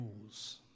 rules